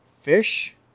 fish